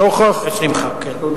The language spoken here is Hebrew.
יש, תודה.